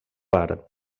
part